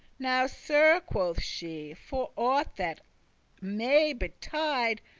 now, sir, quoth she, for aught that may betide,